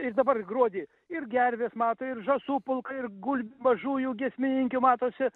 ir dabar gruodį ir gervės mato ir žąsų pulkai ir gulb mažųjų giesmininkių matosi